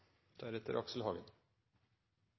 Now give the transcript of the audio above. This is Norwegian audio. deretter